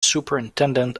superintendent